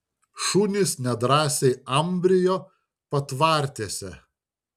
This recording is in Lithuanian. šunys nedrąsiai ambrijo patvartėse